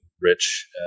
rich